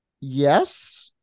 yes